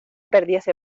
perdiese